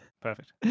perfect